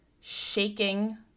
shaking